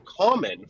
common